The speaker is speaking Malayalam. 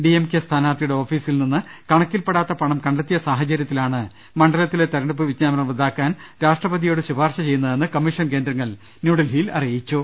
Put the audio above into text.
ഡിഎംകെ സ്ഥാനാർത്ഥിയുടെ ഓഫീസിൽ നിന്ന് കണക്കിൽപ്പെടാത്ത പണം കണ്ടെത്തിയ സാഹച ര്യത്തിലാണ് മണ്ഡലത്തിലെ തെരഞ്ഞെടുപ്പ് വിജ്ഞാപനം റദ്ദാക്കാൻ രാഷ്ട്രപതിയോട് ശുപാർശ ചെയ്യുന്നതെന്ന് കമ്മീഷൻ കേന്ദ്രങ്ങൾ ന്യൂഡൽഹിയിൽ അറിയിച്ചു